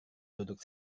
duduk